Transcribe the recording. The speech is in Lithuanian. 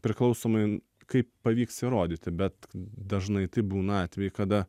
priklausomai kaip pavyks įrodyti bet dažnai tai būna atvejai kada